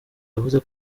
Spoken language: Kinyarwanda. yavuze